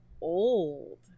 old